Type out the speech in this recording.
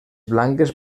blanques